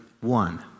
one